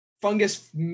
fungus